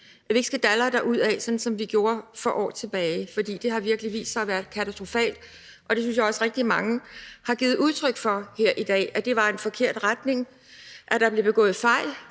at vi ikke skal dalre derudad, som vi gjorde for år tilbage, for det har virkelig vist sig at være katastrofalt. Det synes jeg også rigtig mange har givet udtryk for her i dag, altså at det var en forkert retning, at der blev begået fejl.